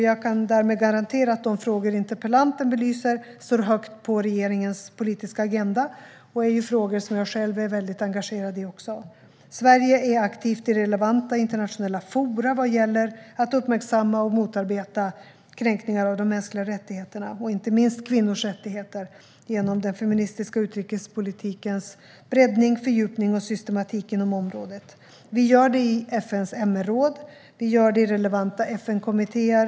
Jag kan därmed garantera att de frågor interpellanten belyser står högt på regeringens politiska agenda och även är frågor som jag själv är särskilt engagerad i. Sverige är aktivt i relevanta internationella forum vad gäller att uppmärksamma och motarbeta kränkningar av de mänskliga rättigheterna, inte minst kvinnors rättigheter genom den feministiska utrikespolitikens breddning, fördjupning och systematik inom området. Vi gör detta i FN:s MR-råd och i relevanta FN-kommittéer.